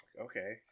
Okay